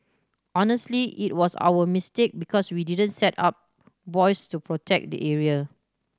honestly it was our mistake because we didn't set up buoys to protect the area